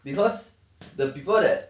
because the people that